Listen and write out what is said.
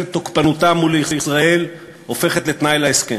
את תוקפנותה מול ישראל הופכת לתנאי להסכם.